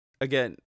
again